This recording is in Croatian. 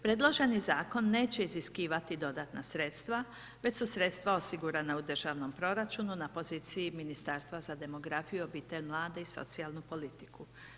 Predloženi zakon neće iziskivati dodatna sredstva već su sredstva osigurana u državnom proračunu na poziciji Ministarstva za demografiju, obitelj, mlade i socijalnu politiku.